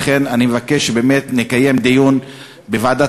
לכן אני מבקש שבאמת נקיים דיון בוועדת